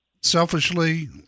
Selfishly